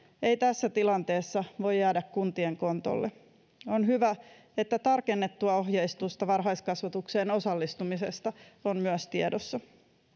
ei tässä tilanteessa voi jäädä kuntien kontolle on hyvä että tarkennettua ohjeistusta varhaiskasvatukseen osallistumisesta on myös tiedossa